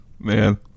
Man